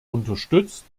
unterstützt